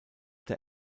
der